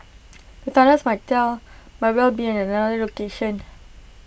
the tunnels might tell might well be at another location